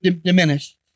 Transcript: diminished